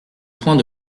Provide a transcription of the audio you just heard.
point